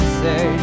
say